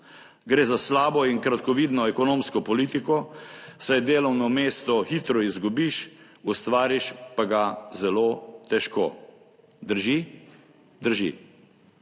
Gre za slabo in kratkovidno ekonomsko politiko, saj delovno mesto hitro izgubiš, ustvariš pa ga zelo težko. Drži? Drži.